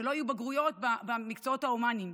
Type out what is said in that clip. שלא יהיו בגרויות במקצועות ההומניים.